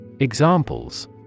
Examples